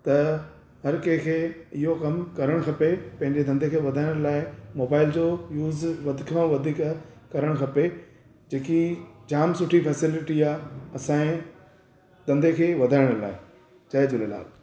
त हर कंहिंखे इहो कमु करण खपे पंहिंजे धंदे खे वधाइण लाइ मोबाइल जो यूज़ वधि खां वधीक करण खपे जेकी जाम सुठी फैसिलिटी आहे असांजे धंदे खे वधाइण लाइ जय झूलेलाल